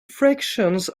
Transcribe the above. fractions